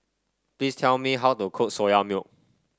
please tell me how to cook Soya Milk